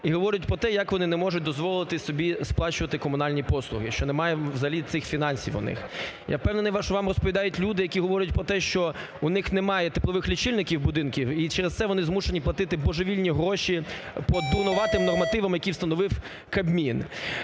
і говорять про те, як вони не можуть дозволити собі сплачувати комунальні послуги, що немає взагалі цих фінансів у них. Я впевнений, що вам розповідають люди, які говорять про те, що у них немає теплових лічильників будинків, і через це вони змушені платити божевільні гроші по дурнуватим нормативам, які встановив Кабмін.